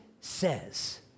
says